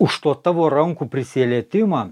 už to tavo rankų prisilietimą